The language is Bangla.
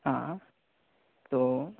হ্যাঁ তো